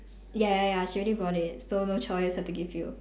ya ya ya she already bought it so no choice have to give you